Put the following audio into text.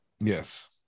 Yes